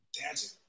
Dancing